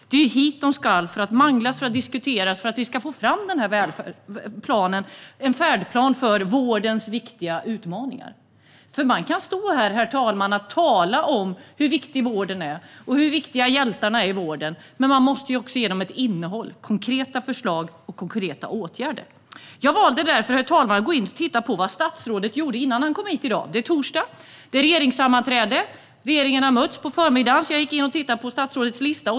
Det är hit det ska för att manglas och diskuteras för att vi ska få fram en färdplan för vårdens viktiga utmaningar. Man kan stå här, herr talman, och tala om hur viktig vården är och hur viktiga hjältarna i vården är. Men man måste också ge dem ett innehåll, konkreta förslag och konkreta åtgärder. Jag valde därför, herr talman, att titta på vad statsrådet gjorde innan han kom hit i dag. Det är torsdag. Det är regeringssammanträde. Regeringen har haft möte på förmiddagen. Jag tittade på statsrådets lista.